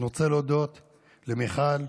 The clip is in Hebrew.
אני רוצה להודות למיכל,